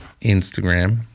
Instagram